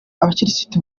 abakirisitu